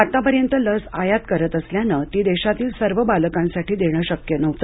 आतापर्यंत लस आयात करत असल्यामुळे ती देशातील सर्व बालकांसाठी देणे शक्य नव्हते